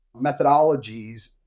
methodologies